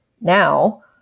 now